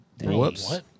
Whoops